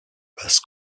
basse